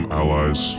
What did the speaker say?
allies